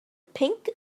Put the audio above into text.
pink